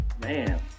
man